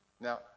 Now